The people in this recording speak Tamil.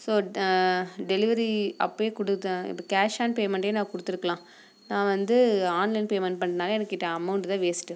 ஸோ டெலிவரி அப்போயே கொடுத்தேன் இப்போ கேஷ் ஆன் பேமெண்ட்டே நான் கொடுத்துருக்கலாம் நான் வந்து ஆன்லைன் பேமெண்ட் பண்ணதுனால் எனக்கு இப்போ அமௌண்ட்டு தான் வேஸ்ட்டு